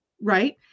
Right